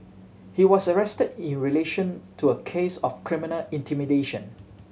he was arrested in relation to a case of criminal intimidation